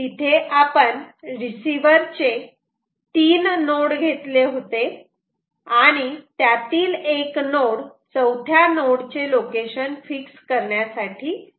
तिथे आपण रिसिव्हर चे 3 नोड घेतले होते आणि त्यातील 1 नोड चौथ्या नोड चे लोकेशन फिक्स करण्यासाठी वापरला होता